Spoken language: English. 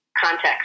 context